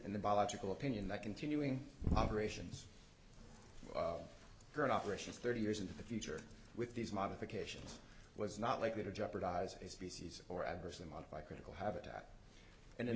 in the biological opinion that continuing operations grown operations thirty years into the future with these modifications was not likely to jeopardize a species or adversely modify critical habitat and